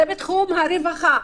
זה בתחום הרווחה.